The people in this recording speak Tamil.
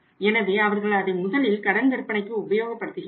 எனவே அவர்கள் அதை முதலில் கடன் விற்பனைக்கு உபயோகப்படுத்துகிறார்கள்